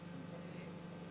חנין ישאל את השאלה.